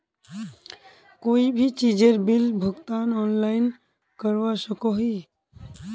कोई भी चीजेर बिल भुगतान ऑनलाइन करवा सकोहो ही?